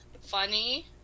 funny